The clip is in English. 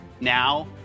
Now